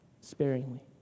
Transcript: sparingly